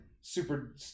super